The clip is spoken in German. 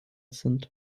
sind